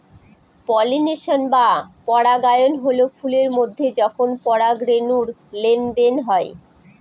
pollination বা পরাগায়ন হল ফুলের মধ্যে যখন পরাগরেনুর লেনদেন হয়